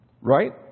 Right